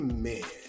Amen